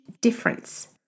difference